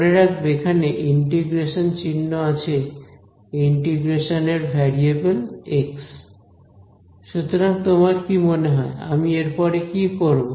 মনে রাখবে এখানে ইন্টিগ্রেশন চিহ্ন আছে ইন্টিগ্রেশনের ভ্যারিয়েবেল এক্স সুতরাং তোমার কি মনে হয় আমি এর পরে কি করব